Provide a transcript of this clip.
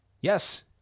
Yes